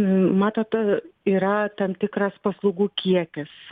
matot yra tam tikras paslaugų kiekis